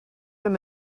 them